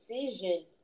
decision